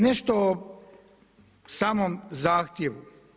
Nešto o samom zahtjevu.